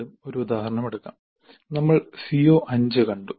വീണ്ടും ഒരു ഉദാഹരണം എടുക്കാം നമ്മൾ CO5 കണ്ടു